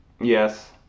yes